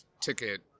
ticket